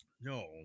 No